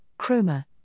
chroma